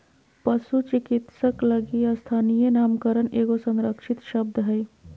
पशु चिकित्सक लगी स्थानीय नामकरण एगो संरक्षित शब्द हइ